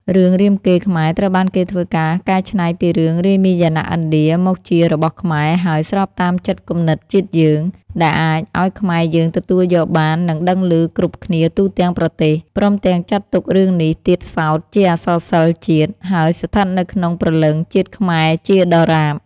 រឿងរាមកេរ្តិ៍ខ្មែរត្រូវបានគេធ្វើការកែច្នៃពីរឿងរាមាយណៈឥណ្ឌាមកជារបស់ខ្មែរ ហើយ ស្របតាមចិត្តគំនិតជាតិយើង ដែលអាចឱ្យខ្មែរយើងទទួលយកបាន និងដឹងឮគ្រប់គ្នាទូទាំង ប្រទេស ព្រមទាំងចាត់ទុករឿងនេះទៀតសោតជាអក្សរសិល្ប៍ជាតិ ហើយស្ថិតនៅក្នុងព្រលឹង ជាតិខ្មែរជាដរាប។